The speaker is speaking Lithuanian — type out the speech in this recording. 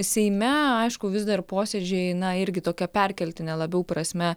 seime aišku vis dar posėdžiai na irgi tokia perkeltine labiau prasme